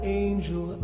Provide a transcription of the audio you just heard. angel